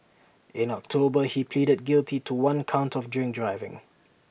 in October he pleaded guilty to one count of drink driving